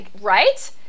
right